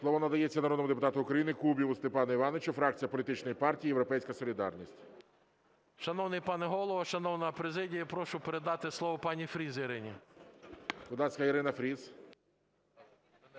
Слово надається народному депутату України Кубіву Степану Івановичу, фракція політичної партії "Європейська солідарність". 12:59:57 КУБІВ С.І. Шановний пане Голово, шановна президія, прошу передати слово пані Фріз Ірині. ГОЛОВУЮЧИЙ.